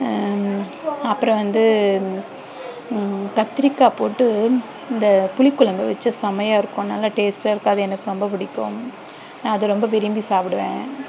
அப்புறம் வந்து கத்திரிக்காய் போட்டு இந்த புளிக் குழம்பு வைச்சா செமையாக இருக்கும் நல்லா டேஸ்ட்டாக இருக்கும் அது எனக்கு ரொம்ப பிடிக்கும் நான் அது ரொம்ப விரும்பி சாப்பிடுவேன்